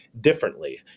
differently